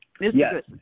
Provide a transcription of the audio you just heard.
Yes